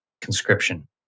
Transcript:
conscription